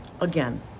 Again